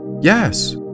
Yes